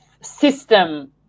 system